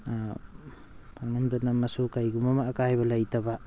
ꯄꯪꯅꯝꯗ ꯅꯝꯃꯁꯨ ꯀꯔꯤꯒꯨꯝꯕ ꯑꯃ ꯑꯀꯥꯏꯕ ꯂꯩꯇꯕ